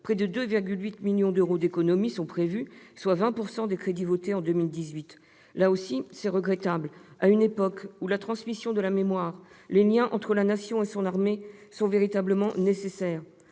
près de 2,8 millions d'euros d'économies sont prévus, soit 20 % des crédits votés pour 2018. Là aussi, c'est regrettable, à une époque où la transmission de la mémoire, l'affirmation des liens entre la Nation et son armée sont véritablement nécessaires.